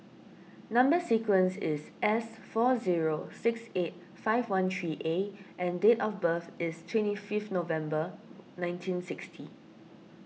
Number Sequence is S four zero six eight five one three A and date of birth is twenty five November nineteen sixty